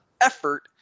effort